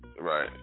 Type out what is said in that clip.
Right